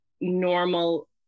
normal